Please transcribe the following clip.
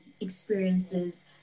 experiences